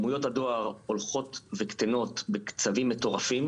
כמויות הדואר הולכות וקטנות בקצבים מטורפים.